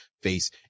face